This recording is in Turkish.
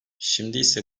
şimdiyse